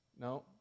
No